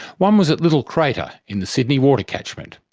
one was at little crater in the sydney water catchment,